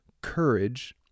courage